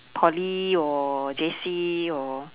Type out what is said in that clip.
poly or J_C or